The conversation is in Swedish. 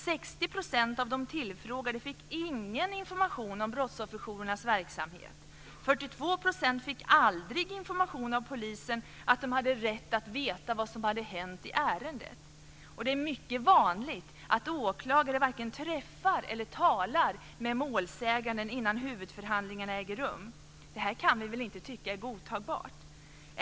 60 % av de tillfrågade fick ingen information om brottsofferjourernas verksamhet. 42 % fick aldrig information av polisen att de hade rätt att få veta vad som hade hänt i ärendet. Det är mycket vanligt att åklagare varken träffar eller talar med målsägaren innan huvudförhandlingarna äger rum. Detta kan vi väl inte tycka är godtagbart.